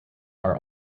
are